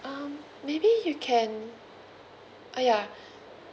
um maybe you can uh ya